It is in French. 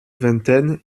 vingtaine